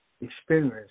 experience